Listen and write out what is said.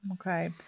Okay